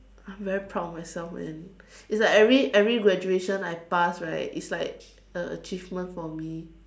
I'm very proud of myself man it's like every every graduation I pass right it's like an achievement for me